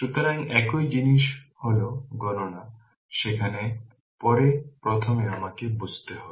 সুতরাং একই জিনিস হল গণনা সেখানে পরে প্রথমে আমাকে বুঝতে হবে